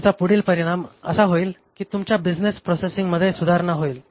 त्याचा पुढील परिणाम असा होईल कि तुमच्या बिझनेस प्रोसेसिंग मध्ये सुधारणा येईल